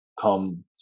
come